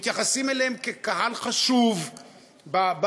מתייחסים אליהם כאל קהל חשוב בעסקים,